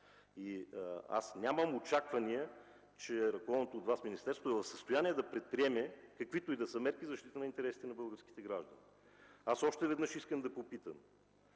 Аз нямам очаквания, че ръководеното от Вас министерство е в състояние да предприеме каквито и да било мерки в защита на интересите на българските граждани. Още веднъж искам да попитам: